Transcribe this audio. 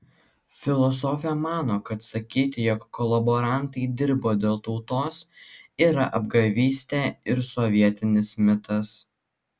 filosofė mano kad sakyti jog kolaborantai dirbo dėl tautos yra apgavystė ir sovietinis mitas